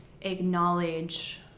acknowledge